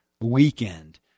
weekend